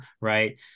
right